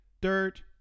Dirt